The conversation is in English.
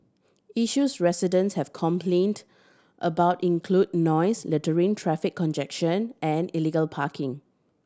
issues residents have complained about include noise littering traffic congestion and illegal parking